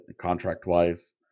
contract-wise